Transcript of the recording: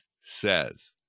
says